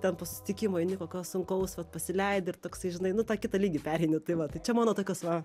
ten po susitikimo eini kokio sunkaus vat pasileidi ir toksai žinai nu tą kitą lygį pereini tai va tai čia mano tokios va